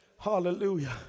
Hallelujah